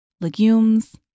legumes